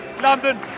London